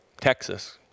Texas